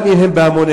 גם אם הם בהמוניהם.